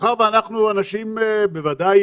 אבל אנחנו מכירים גם